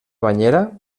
banyera